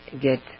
get